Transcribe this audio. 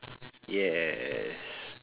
yes